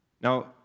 Now